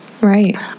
Right